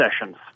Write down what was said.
sessions